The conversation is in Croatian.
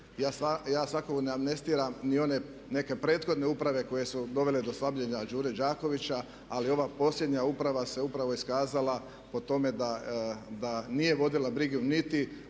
Ja svakako amnestiram ni one neke prethodne uprave koje su dovele do slabljenja Đure Đakovića ali ova posebna uprava se upravo iskazala po tome da nije vodila brigu niti